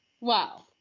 Wow